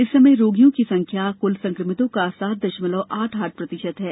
इस समय रोगियों की संख्या कुल संक्रमितों का सात दशमलव आठ आठ प्रतिशत है